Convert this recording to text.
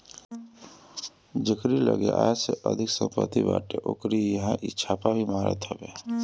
जेकरी लगे आय से अधिका सम्पत्ति बाटे ओकरी इहां इ छापा भी मारत हवे